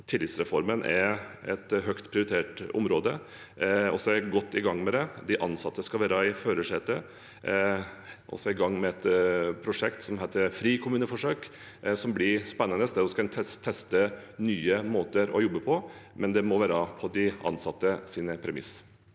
tillitsreformen er et høyt prioritert område. Vi er godt i gang med det. De ansatte skal være i førersetet. Vi er i gang med et prosjekt som heter «frikommuneforsøk», som blir spennende, der vi kan teste nye måter å jobbe på, men det må være på de ansattes premisser.